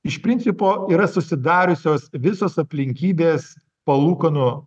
iš principo yra susidariusios visos aplinkybės palūkanų